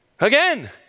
Again